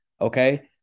okay